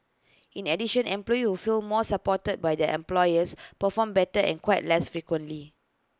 in addition employees who feel more supported by their employers perform better and quit less frequently